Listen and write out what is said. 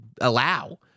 allow